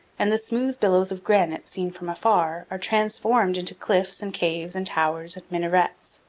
and the smooth billows of granite seen from afar are transformed into cliffs and caves and towers and minarets.